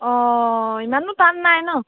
অঁ ইমানো টান নাই নহ্